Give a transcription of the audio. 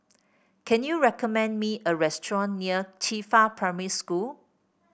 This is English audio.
can you recommend me a restaurant near Qifa Primary School